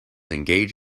engage